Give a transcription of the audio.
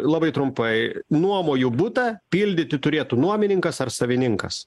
labai trumpai nuomoju butą pildyti turėtų nuomininkas ar savininkas